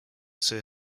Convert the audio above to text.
sir